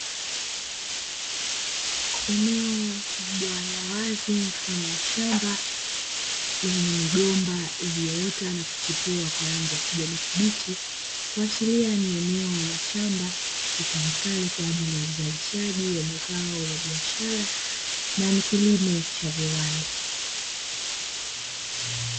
Eneo kubwa la wazi mfano wa shamba, lenye migomba iliyoota na kuchipua kwa rangi ya kijani kibichi, kuashiria ni eneo la shamba litumikalo kwa ajili ya uzalishaji wa mazao ya biashara na ni kilimo cha viwanda.